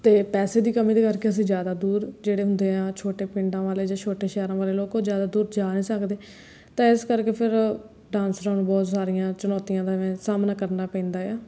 ਅਤੇ ਪੈਸੇ ਦੀ ਕਮੀ ਦੇ ਕਰਕੇ ਅਸੀਂ ਜ਼ਿਆਦਾ ਦੂਰ ਜਿਹੜੇ ਹੁੰਦੇ ਆ ਛੋਟੇ ਪਿੰਡਾਂ ਵਾਲੇ ਜਾਂ ਛੋਟੇ ਸ਼ਹਿਰਾਂ ਵਾਲੇ ਲੋਕ ਉਹ ਜ਼ਿਆਦਾ ਦੂਰ ਜਾ ਨਹੀਂ ਸਕਦੇ ਤਾਂ ਇਸ ਕਰਕੇ ਫੇਰ ਡਾਂਸਰਾਂ ਨੂੰ ਬਹੁਤ ਸਾਰੀਆਂ ਚੁਣੌਤੀਆਂ ਦਾ ਫਿਰ ਸਾਹਮਣਾ ਕਰਨਾ ਪੈਂਦਾ ਆ